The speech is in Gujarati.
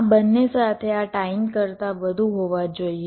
આ બંને સાથે આ ટાઈમ કરતાં વધુ હોવા જોઈએ